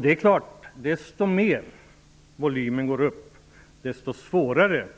Det är klart: ju mer volymen ökar, desto svårare